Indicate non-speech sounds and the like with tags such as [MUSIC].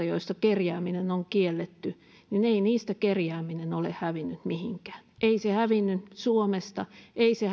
[UNINTELLIGIBLE] joissa kerjääminen on kielletty kerjääminen ole hävinnyt mihinkään ei se hävinnyt suomesta ei se [UNINTELLIGIBLE]